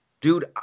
Dude